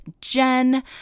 Jen